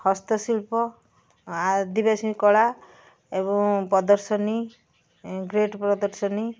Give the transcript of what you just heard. ହସ୍ତଶିଳ୍ପ ଆଦିବାସୀ କଳା ଏବଂ ପ୍ରଦର୍ଶନୀ ପ୍ରଦର୍ଶନୀ